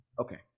Okay